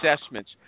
assessments